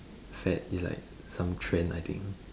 fad is like some trend I think